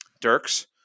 Dirks